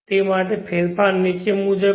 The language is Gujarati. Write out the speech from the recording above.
તે માટે ફેરફાર નીચે મુજબ છે